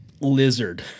lizard